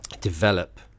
develop